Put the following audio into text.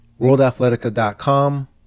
worldathletica.com